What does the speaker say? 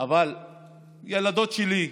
ילדות שלי,